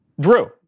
Drew